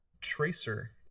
Tracer